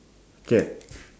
cat